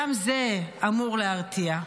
גם זה אמור להרתיע.